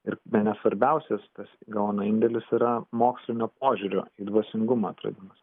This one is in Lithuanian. ir bene svarbiausias tas gaono indėlis yra mokslinio požiūrio į dvasingumą atradimas